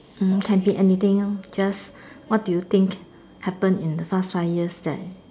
hmm can be anything ah just what do you think happen in the past five years that